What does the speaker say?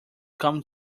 come